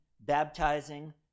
baptizing